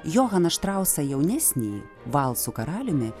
johaną štrausą jaunesnįjį valsų karaliumi